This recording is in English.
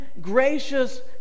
gracious